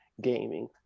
gaming